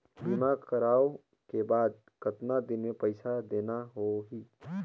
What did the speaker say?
बीमा करवाओ के बाद कतना दिन मे पइसा देना हो ही?